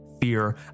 fear